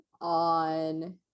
on